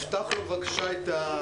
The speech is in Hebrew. אין אפשרות לפתוח לו את המיקרופון.